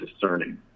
discerning